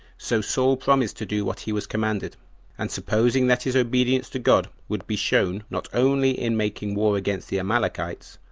so saul promised to do what he was commanded and supposing that his obedience to god would be shown, not only in making war against the amalekites,